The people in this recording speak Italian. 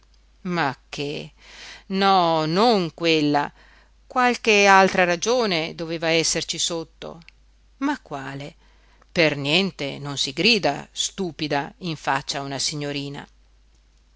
ma che no non quella qualche altra ragione doveva esserci sotto ma quale per niente non si grida stupida in faccia a una signorina